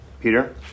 Peter